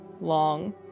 long